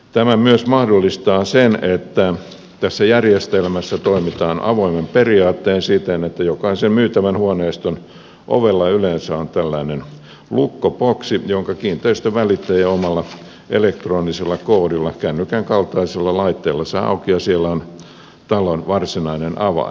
tämä myös mahdollistaa sen että tässä järjestelmässä toimitaan avoimin periaattein siten että jokaisen myytävän huoneiston ovella yleensä on tällainen lukkoboksi jonka kiinteistönvälittäjä omalla elektronisella koodilla kännykän kaltaisella laitteella saa auki ja siellä on talon varsinainen avain